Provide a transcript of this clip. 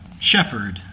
shepherd